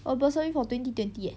err bursary for twenty twenty eh